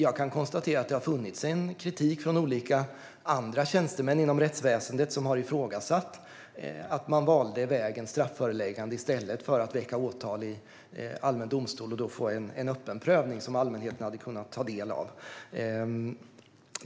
Jag kan konstatera att det har funnits en kritik från andra tjänstemän inom rättsväsendet som har ifrågasatt att man valde vägen strafföreläggande i stället för att väcka åtal i allmän domstol och få en öppen prövning som allmänheten hade kunnat ta del av.